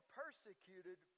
persecuted